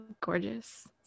gorgeous